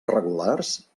regulars